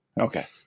Okay